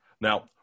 Now